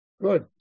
Good